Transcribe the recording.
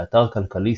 באתר כלכליסט,